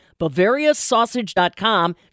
BavariaSausage.com